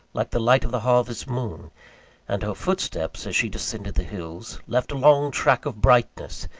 like the light of the harvest-moon and her footsteps, as she descended the hills, left a long track of brightness,